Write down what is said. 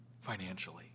financially